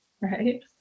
Right